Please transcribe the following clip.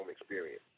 experience